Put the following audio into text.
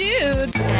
Dudes